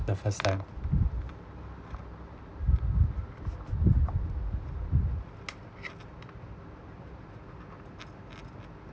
the first time